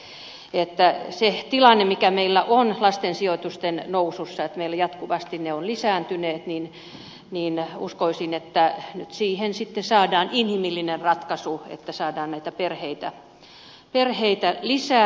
uskoisin että siihen tilanteeseen mikä meillä on lasten sijoitusten nousussa että ne ovat jatkuvasti lisääntyneet nyt saadaan inhimillinen ratkaisu kun saadaan näitä perheitä lisää